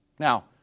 Now